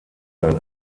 sein